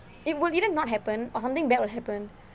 it would either not happen or something bad will happen